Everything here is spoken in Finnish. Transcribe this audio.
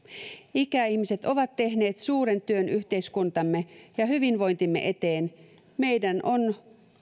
ikäihmiset ovat tehneet suuren työn yhteiskuntamme ja hyvinvointimme eteen meidän tehtävämme on